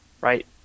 right